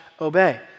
obey